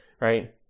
right